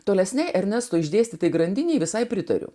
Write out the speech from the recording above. tolesnėje ernesto išdėstytai grandinei visai pritariu